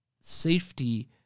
safety